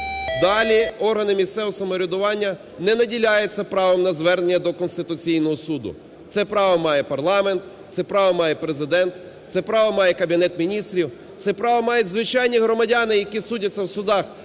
Далі органи місцевого самоврядування не наділяються правом на звернення до Конституційного Суду, це право має парламент, це право має Президент, це право має Кабінет Міністрів, це право мають звичайні громадяни, які судяться в судах,